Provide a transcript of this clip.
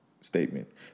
statement